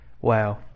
Wow